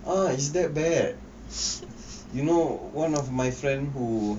uh is that bad you know one of my friend who